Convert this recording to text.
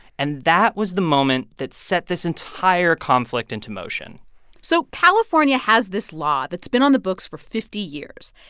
and that was the moment that set this entire conflict into motion so california has this law that's been on the books for fifty years.